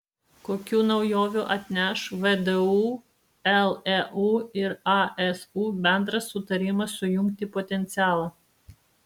kokių naujovių atneš vdu leu ir asu bendras sutarimas sujungti potencialą